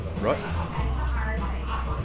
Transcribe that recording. right